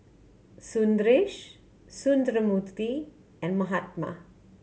Sundaresh Sundramoorthy and Mahatma